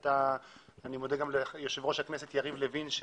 אני מודה גם ליושב-ראש הכנסת יריב לוין,